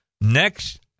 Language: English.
Next